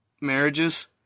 marriages